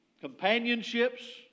companionships